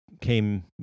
came